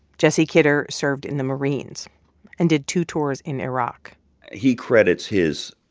jesse kidder served in the marines and did two tours in iraq he credits his